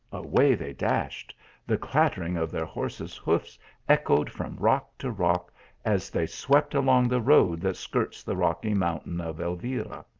away they dashed the clattering of their horses hoofs echoed from rock to rock as they swept along the road that skirts the rocky mountain of elvira.